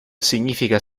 significa